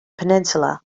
peninsula